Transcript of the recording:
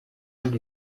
ngo